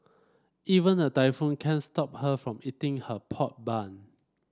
even a typhoon can't stop her from eating her pork bun